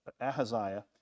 Ahaziah